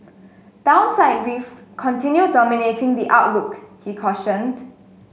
downside rise continue dominating the outlook he cautioned